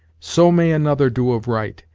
so may another do of right,